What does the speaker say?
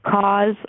cause